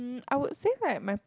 I would say like my